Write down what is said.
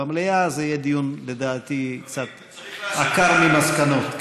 במליאה זה יהיה, לדעתי, דיון קצת עקר ממסקנות.